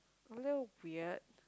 a little weird